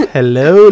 Hello